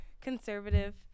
conservative